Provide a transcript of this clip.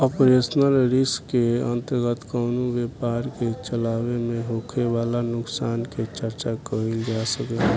operational risk के अंतर्गत कवनो व्यपार के चलावे में होखे वाला नुकसान के चर्चा कईल जा सकेला